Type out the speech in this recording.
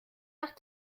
nach